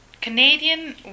Canadian